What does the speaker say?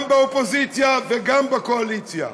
גם באופוזיציה וגם בקואליציה,